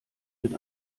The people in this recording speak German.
mit